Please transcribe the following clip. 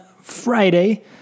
Friday